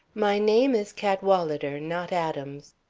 my name is cadwalader, not adams.